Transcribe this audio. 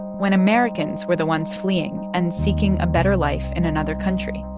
when americans were the ones fleeing and seeking a better life in another country?